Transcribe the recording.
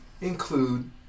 include